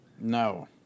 No